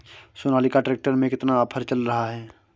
Sonalika tractor में कितना offer चल रहा है?